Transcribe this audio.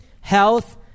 health